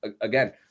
again